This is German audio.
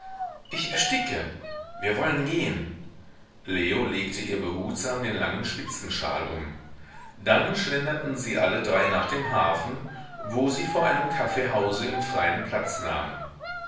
ich ersticke wir wollen gehen leo legte ihr behutsam den langen spitzenschal um dann schlenderten sie alle drei nach dem hafen wo sie vor einem kaffeehause im freien platz nahmen